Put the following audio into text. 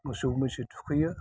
मोसौ मैसो थुखैयो